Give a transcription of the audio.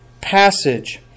passage